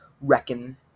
reckon